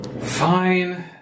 Fine